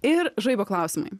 ir žaibo klausimai